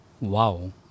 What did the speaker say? Wow